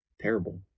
terrible